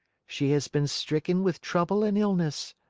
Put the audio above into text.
she has been stricken with trouble and illness,